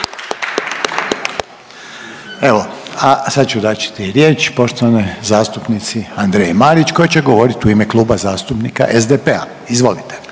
Evo, a sad ću dati riječ poštovanoj zastupnici Andreji Marić koja će govorit u ime Kluba zastupnika SDP-a, izvolite.